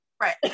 right